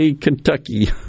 Kentucky